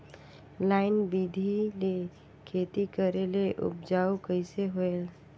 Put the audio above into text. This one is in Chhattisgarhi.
लाइन बिधी ले खेती करेले उपजाऊ कइसे होयल?